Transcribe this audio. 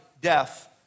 death